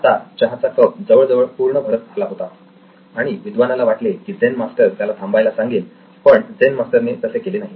आता चहाचा कप जवळजवळ पूर्ण भरत आला होता आणि विद्वानाला वाटले की झेन मास्टर त्याला थांबायला सांगेल पण झेन मास्टर ने तसे केले नाही